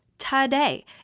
today